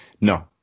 No